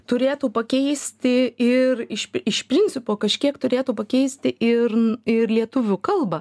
turėtų pakeisti ir iš iš principo kažkiek turėtų pakeisti ir ir lietuvių kalbą